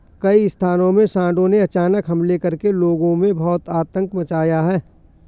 कई स्थानों में सांडों ने अचानक हमले करके लोगों में बहुत आतंक मचाया है